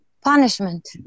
Punishment